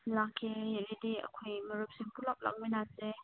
ꯂꯥꯛꯀꯦ ꯍꯥꯏꯔꯗꯤ ꯑꯩꯈꯣꯏ ꯃꯔꯨꯞꯁꯤꯡ ꯄꯨꯂꯞ ꯂꯥꯛꯃꯤꯟꯅꯁꯦ